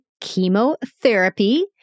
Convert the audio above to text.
chemotherapy